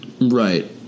Right